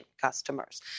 customers